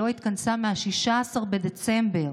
שלא התכנסה מ-16 בדצמבר.